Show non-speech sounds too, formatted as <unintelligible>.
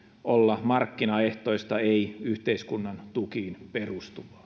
olla markkinaehtoista ei yhteiskunnan tukiin perustuvaa <unintelligible>